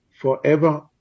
forever